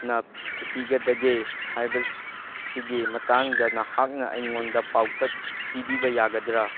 ꯅ ꯄꯤꯒꯗꯒꯦ ꯍꯥꯏꯕꯁꯤꯒꯤ ꯃꯇꯥꯡꯗ ꯅꯍꯥꯛꯅ ꯑꯩꯉꯣꯟꯗ ꯄꯥꯎꯇꯥꯛ ꯄꯤꯕꯤꯕ ꯌꯥꯒꯗ꯭ꯔꯥ